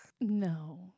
No